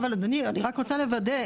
אבל אדוני, אני רק רוצה לוודא.